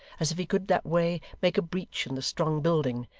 as if he could that way make a breach in the strong building,